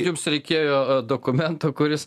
jums reikėjo dokumento kuris